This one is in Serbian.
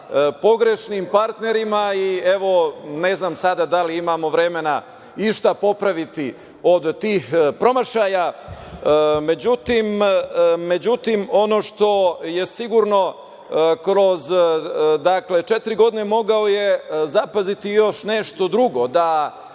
pogrešnim partnerima. Ne znam sada da li imamo vremena išta popraviti od tih promašaja.Međutim, ono što je sigurno, dakle, kroz četiri godine mogao je zapaziti još nešto drugo, da